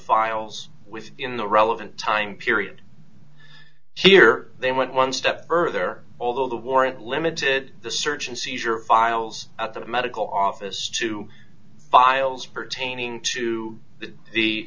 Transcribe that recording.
files within the relevant time period here they went one step further although the warrant limited the search and seizure files at the medical office to files pertaining to the